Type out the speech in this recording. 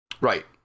Right